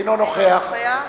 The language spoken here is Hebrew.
אינו נוכח